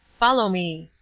follow me.